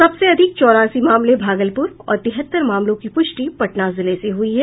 सबसे अधिक चौरासी मामले भागलपुर और तिहत्तर मामलों की पुष्टि पटना जिले से हुई है